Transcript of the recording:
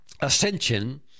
ascension